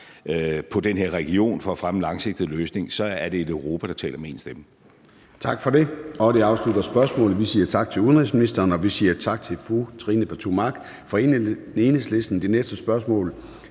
på den her region for at fremme en langsigtet løsning, så er det et Europa, der taler med én stemme.